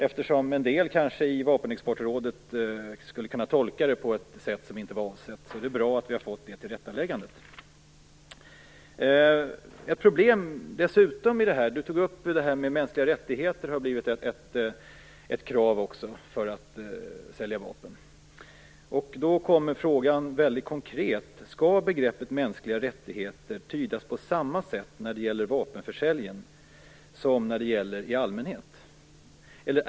Eftersom en del i Vapenexportrådet kanske hade kunnat tolka det här på ett sätt som inte var avsett, är det bra att vi har fått ett tillrättaläggande. Det finns ett annat problem som har tagits upp. Mänskliga rättigheter har blivit ett krav för att sälja vapen. Då uppstår ett par väldigt konkreta frågor: Skall begreppet mänskliga rättigheter tydas på samma sätt när det gäller vapenförsäljning som när det gäller i allmänhet?